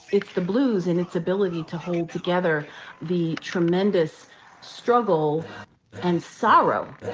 it's the blues and its ability to hold together the tremendous struggle and sorrow.